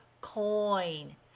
coin